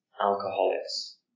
alcoholics